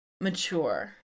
mature